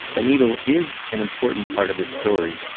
the needle is an important part of this story,